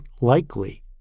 likely